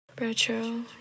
Retro